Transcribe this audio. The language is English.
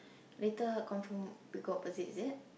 later confirm we go opposite is it